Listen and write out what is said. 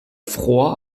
fror